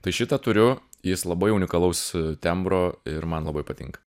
tai šitą turiu jis labai unikalaus tembro ir man labai patinka